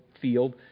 field